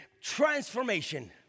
transformation